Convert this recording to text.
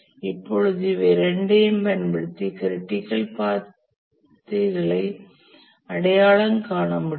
இப்போழுது இவை இரண்டையும் பயன்படுத்தி க்ரிட்டிக்கல் பாத்களை அடையாளம் காண முடியும்